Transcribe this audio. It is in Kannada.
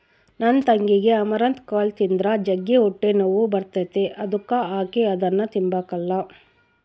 ನನ್ ತಂಗಿಗೆ ಅಮರಂತ್ ಕಾಳು ತಿಂದ್ರ ಜಗ್ಗಿ ಹೊಟ್ಟೆನೋವು ಬರ್ತತೆ ಅದುಕ ಆಕಿ ಅದುನ್ನ ತಿಂಬಕಲ್ಲ